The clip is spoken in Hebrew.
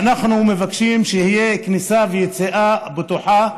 ואנחנו מבקשים שתהיה כניסה ויציאה בטוחה